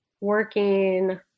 working